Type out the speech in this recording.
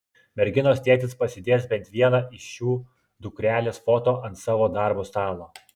merginos tėtis pasidės bent vieną iš šių dukrelės foto ant savo darbo stalo